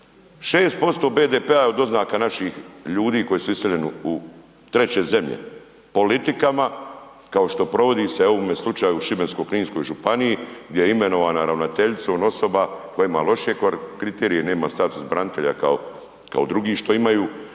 6% BDP-a od doznaka naših ljudi koji su iseljeni u treće zemlje politikama kao što provodi se u ovome slučaju, Šibensko-kninskoj županiji, gdje je imenovana ravnateljicom osoba koja ima loše kriterije, nema status branitelja, kao drugi što imaju,